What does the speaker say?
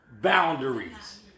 boundaries